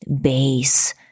base